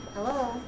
Hello